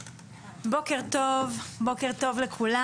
בוקר טוב לכולם.